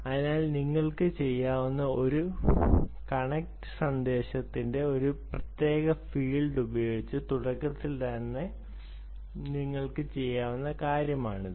അതിനാൽ ഒരു കണക്റ്റ് സന്ദേശത്തിന്റെ ഈ പ്രത്യേക ഫീൽഡ് ഉപയോഗിച്ച് തുടക്കത്തിൽ തന്നെ നിങ്ങൾക്ക് ചെയ്യാൻ കഴിയുന്ന കാര്യമാണിത്